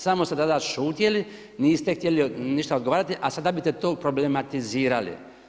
Samo ste tada šutjeli, niste htjeli ništa odgovarati, a sada biste to problematizirali.